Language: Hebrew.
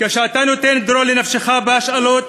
כשאתה נותן דרור לנפשך בהשאלות,